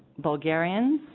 bulgarian